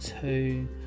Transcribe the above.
two